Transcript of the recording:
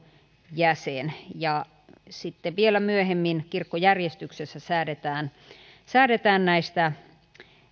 jäsen sitten vielä myöhemmin kirkkojärjestyksessä säädetään säädetään näistä